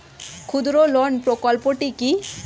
ক্ষুদ্রঋণ প্রকল্পটি কি?